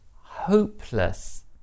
hopeless